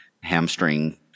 hamstring